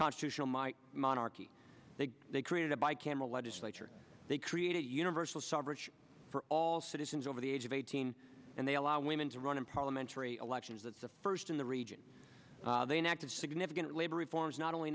constitutional my monarchy they they created by camel legislature they created universal suffrage for all citizens over the age of eighteen and they allow women to run in parliamentary elections that's the first in the region they an active significant labor reforms not only